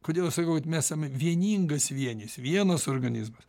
kodėl aš sakau kad mesam vieningas vienis vienas organizmas